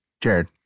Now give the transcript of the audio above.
Jared